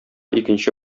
икенче